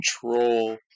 control